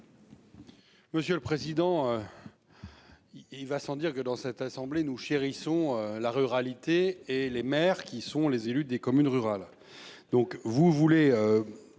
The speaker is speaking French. Monsieur le président. Il va sans dire que dans cette assemblée, nous chérissons la ruralité et les maires qui sont les élus des communes rurales.